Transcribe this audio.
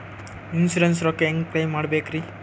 Insurance ರೊಕ್ಕ ಹೆಂಗ claim ಮಾಡ್ಬೇಕ್ರಿ?